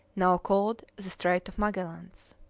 now called the straight of magellans.